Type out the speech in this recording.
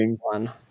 one